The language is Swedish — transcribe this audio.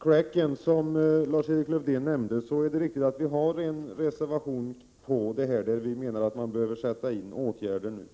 crack, som Lars-Erik Lövdén nämnde, är det riktigt att vi har avgivit en reservation där vi menar att man behöver sätta in åtgärder nu.